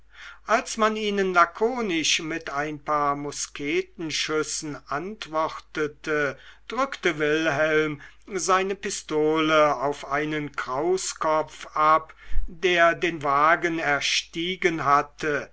als man ihnen lakonisch mit ein paar musketenschüssen antwortete drückte wilhelm seine pistole auf einen krauskopf ab der den wagen erstiegen hatte